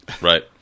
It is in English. Right